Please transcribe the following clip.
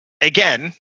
again